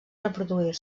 reproduir